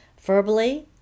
Verbally